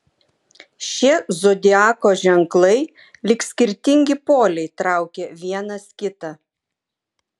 šie zodiako ženklai lyg skirtingi poliai traukia vienas kitą